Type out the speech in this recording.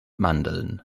mandeln